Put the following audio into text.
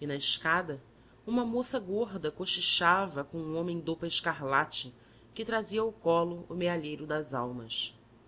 e na escada uma moça gorda cochichava com um homem de opa escarlate que trazia ao colo o mealheiro das almas